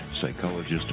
psychologist